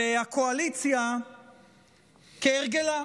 הקואליציה, כהרגלה,